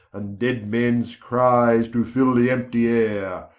and dead mens cries do fill the emptie ayre,